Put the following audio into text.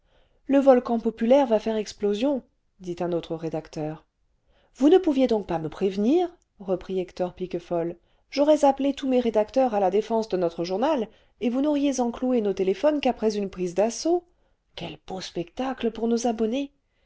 le volcau populaire va faire explosion dit un autre rédacteur vous ne pouviez donc pas me prévenir reprit hector piquefol j'aurais appelé tous mes rédacteurs à la défense de notre journal et vous n'auriez encloué nos téléphones qu'après une prise d'assaut quel beau spectacle pour nos abonnés